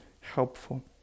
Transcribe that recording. helpful